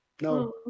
No